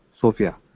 SOFIA